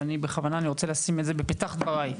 ובכוונה אני רוצה לשים את זה בפתח דבריי.